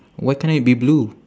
why can't it be blue